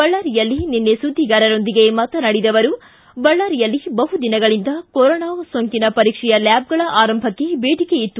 ಬಳ್ಳಾರಿಯಲ್ಲಿ ನಿನ್ನೆ ಸುದ್ದಿಗಾರರೊಂದಿಗೆ ಮಾತನಾಡಿದ ಅವರು ಬಹುದಿನಗಳಿಂದ ಕೊರೋನಾ ಸೋಂಕಿನ ಪರೀಕ್ಷೆಯ ಲ್ಲಾಬ್ಗಳ ಆರಂಭಕ್ಕೆ ಬೇಡಿಕೆ ಇತ್ತು